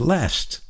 Last